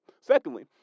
Secondly